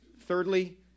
thirdly